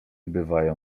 bywają